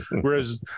whereas